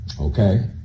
okay